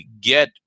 get